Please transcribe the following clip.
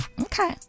okay